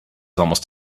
almost